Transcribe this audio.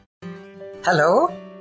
Hello